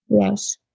Yes